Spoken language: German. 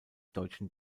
deutschen